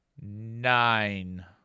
Nine